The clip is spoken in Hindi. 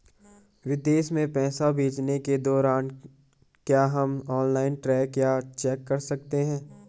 विदेश में पैसे भेजने के दौरान क्या हम ऑनलाइन ट्रैक या चेक कर सकते हैं?